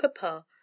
Papa